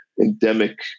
endemic